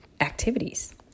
activities